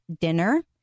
dinner